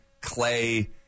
Clay